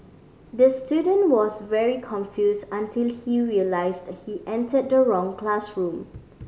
the student was very confused until he realised he entered the wrong classroom